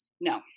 No